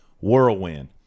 whirlwind